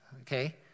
okay